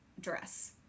dress